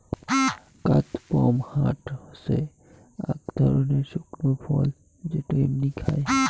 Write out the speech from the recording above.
কাদপমহাট হসে আক ধরণের শুকনো ফল যেটো এমনি খায়